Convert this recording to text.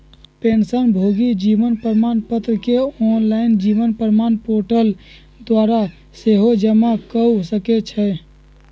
पेंशनभोगी जीवन प्रमाण पत्र के ऑनलाइन जीवन प्रमाण पोर्टल द्वारा सेहो जमा कऽ सकै छइ